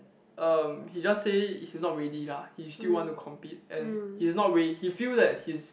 um he just say he's not ready lah he still want to compete and he's not ready he feel that he's